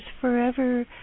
forever